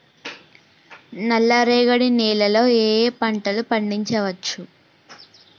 నల్లరేగడి నేల లో ఏ ఏ పంట లు పండించచ్చు?